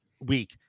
week